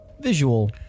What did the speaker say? visual